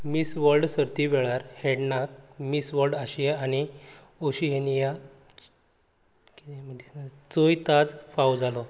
मीस World सर्ती वेळार हेडनाक मीस वर्ल्ड आशेया आनी ओशिएनिया चोय ताज फावो जालो